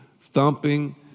thumping